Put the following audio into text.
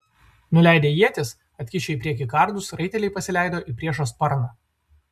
nuleidę ietis atkišę į priekį kardus raiteliai pasileido į priešo sparną